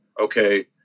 okay